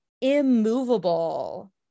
immovable